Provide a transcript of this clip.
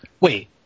Wait